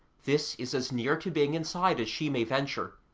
this is as near to being inside as she may venture,